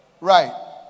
Right